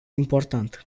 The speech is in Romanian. important